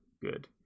good